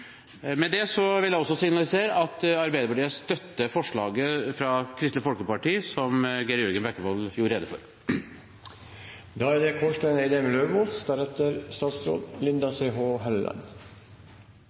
Med det vil jeg også signalisere at Arbeiderpartiet støtter forslaget fra Kristelig Folkeparti som Geir Jørgen Bekkevold gjorde rede for.